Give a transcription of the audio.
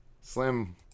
Slim